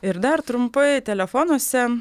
ir dar trumpai telefonuose